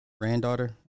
granddaughter